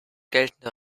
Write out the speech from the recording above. geltende